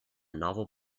novel